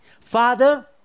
Father